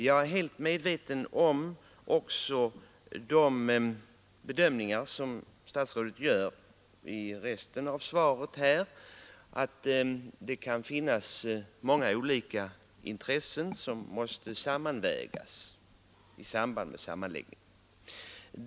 Jag är helt medveten om att det är så som statsrådet säger i resten av svaret, att det kan finnas många olika intressen som måste sammanvägas vid kommunsammanläggningar.